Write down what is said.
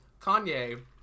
Kanye